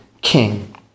king